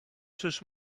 czyż